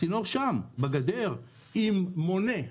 הצינור שום, בגדר עם מונה.